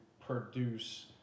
produce